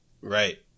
Right